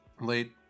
late